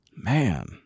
Man